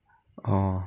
orh